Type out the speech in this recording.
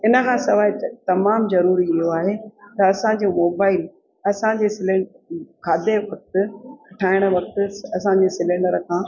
इन खां सवाइ तमामु ज़रूरी इहो आहे त असांजो मोबाइल असांजे सिलें खाधे वक़्तु ठाहिण वक़्तु असांजे सिलेंडर खां